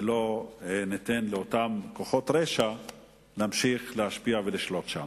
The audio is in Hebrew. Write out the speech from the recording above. ולא ניתן לאותם כוחות רשע להמשיך להשפיע ולשלוט שם.